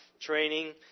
training